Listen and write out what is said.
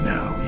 Now